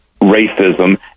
racism